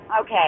Okay